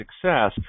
success